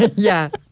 yeah.